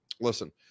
Listen